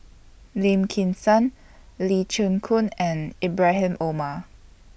Lim Kim San Lee Chin Koon and Ibrahim Omar